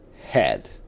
head